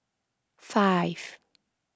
five